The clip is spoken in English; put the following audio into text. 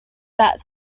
that